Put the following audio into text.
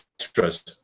extras